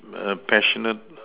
err passionate